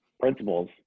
principles